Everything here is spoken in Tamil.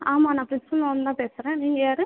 ஆமாம் நான் ப்ரின்ஸ்பல் மேம் தான் பேசுகிறேன் நீங்கள் யார்